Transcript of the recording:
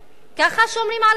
ככה שומרים על האזור?